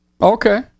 Okay